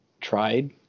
tried –